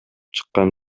чыккан